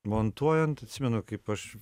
montuojant atsimenu kaip aš